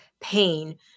pain